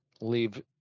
leave